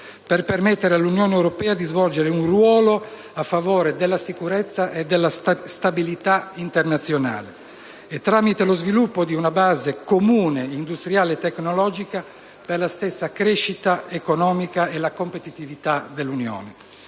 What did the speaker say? per permettere all'Unione europea di svolgere un ruolo a favore della sicurezza e della stabilità internazionale e, tramite lo sviluppo di una base comune industriale e tecnologica, per la stessa crescita economica e la competitività dell'Unione.